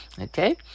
Okay